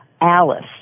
Alice